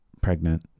pregnant